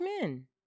men